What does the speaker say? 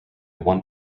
one